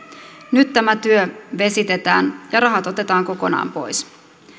nyt tämä työ vesitetään ja rahat otetaan kokonaan pois